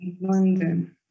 London